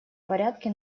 порядке